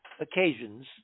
occasions